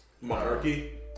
monarchy